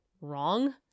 wrong